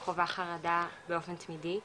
חווה חרדה באופן תמידי.